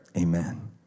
amen